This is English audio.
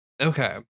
Okay